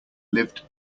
lived